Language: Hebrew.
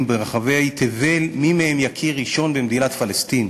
ברחבי תבל מי מהם יכיר ראשון במדינת פלסטין.